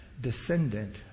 descendant